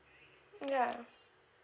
ya